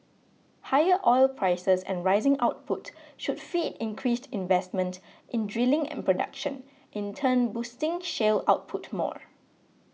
higher oil prices and rising output should feed increased investment in drilling and production in turn boosting shale output more